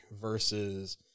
versus